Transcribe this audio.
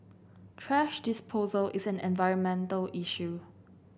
thrash disposal is an environmental issue